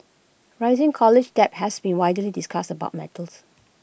rising college debt has been widely discussed about matters